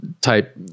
type